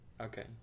Okay